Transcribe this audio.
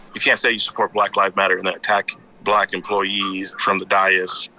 you can't say you support black lives matter and then attack black employees from the dais,